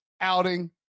outing